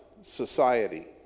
society